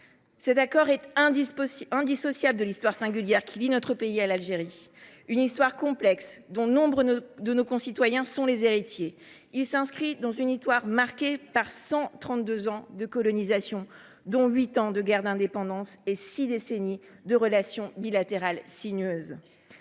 Cet accord est indissociable de l’histoire singulière qui lie la France à l’Algérie ; une histoire complexe, dont nombre de nos concitoyens sont les héritiers ; une histoire marquée par cent trente deux ans de colonisation, dont huit ans de guerre d’indépendance et six décennies de relations bilatérales sinueuses.